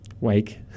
Wake